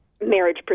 marriage